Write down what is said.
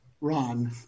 Ron